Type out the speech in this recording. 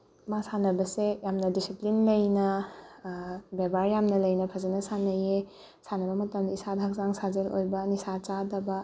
ꯃꯥ ꯁꯥꯟꯅꯕꯁꯦ ꯌꯥꯝꯅ ꯗꯤꯁꯤꯄ꯭ꯂꯤꯟ ꯂꯩꯅ ꯕꯦꯕꯥꯔ ꯌꯥꯝꯅ ꯂꯩꯅ ꯐꯖꯅ ꯁꯥꯟꯅꯩꯌꯦ ꯁꯥꯟꯅꯕ ꯃꯇꯝ ꯏꯁꯥꯗ ꯍꯛꯆꯥꯡ ꯁꯥꯖꯦꯜ ꯑꯣꯏꯕ ꯅꯤꯁꯥ ꯆꯥꯗꯕ